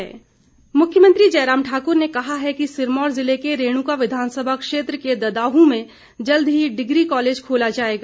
भेंट मुख्यमंत्री जयराम ठाकुर ने कहा है कि सिरमौर ज़िले के रेणुका विधानसभा क्षेत्र के ददाहू में जल्द ही डिग्री कॉलेज खोला जाएगा